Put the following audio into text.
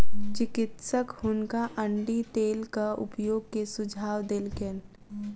चिकित्सक हुनका अण्डी तेलक उपयोग के सुझाव देलकैन